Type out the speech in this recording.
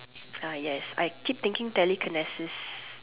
ah yes I keep thinking telekinesis